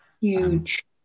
Huge